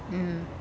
mmhmm